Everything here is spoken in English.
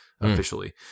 officially